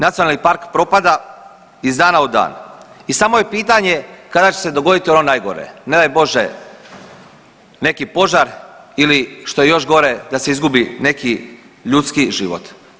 NP propada iz dana u dan i samo je pitanje kada će se dogoditi ono najgore, ne daj Bože neki požar ili što je još gore da se izgubi neki ljudski život.